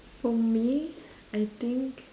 for me I think